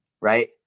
Right